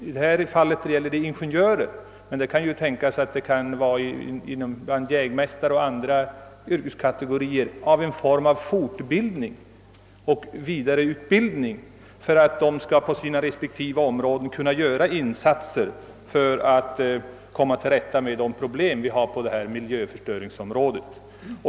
I detta fall gäller det ingenjörer, men det kan även tänkas en form av fortbildning och vidareutbildning för jägmästare och andra yrkeskategorier, som på sina respektive områden skulle kunna göra insatser för att komma till rätta med de problem vi har på miljöförstöringsområdet.